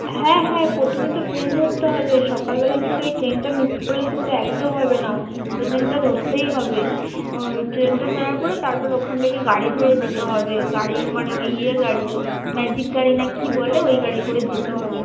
হ্যাঁ হ্যাঁ প্রথমে তো ট্রেন ধরতে হবে সকালবেলা কিন্তু ওই ট্রেনটা মিস করলে কিন্তু একদম হবে না ওই ট্রেনটা ধরতেই হবে ট্রেনটা ধরার পরে তারপরে ওখান থেকে গাড়ি ধরে যেতে হবে গাড়ি মানে ওই ইয়ে গাড়ি ম্যাজিক গাড়ি না কী বলে ওই গাড়ি করে যেতে হবে